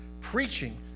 preaching